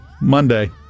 Monday